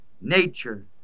Nature